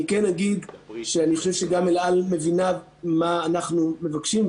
אני כן אגיד שאני חושב שגם אל על מבינה מה אנחנו מבקשים.